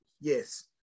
Yes